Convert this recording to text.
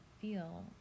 feel